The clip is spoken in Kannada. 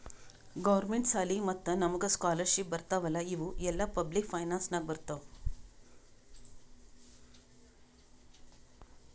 ಗೌರ್ಮೆಂಟ್ ಸಾಲಿ ಮತ್ತ ನಮುಗ್ ಸ್ಕಾಲರ್ಶಿಪ್ ಬರ್ತಾವ್ ಅಲ್ಲಾ ಇವು ಎಲ್ಲಾ ಪಬ್ಲಿಕ್ ಫೈನಾನ್ಸ್ ನಾಗೆ ಬರ್ತಾವ್